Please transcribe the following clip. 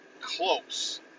close